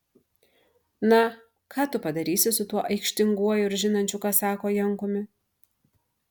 na ką tu padarysi su tuo aikštinguoju ir žinančiu ką sako jankumi